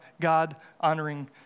God-honoring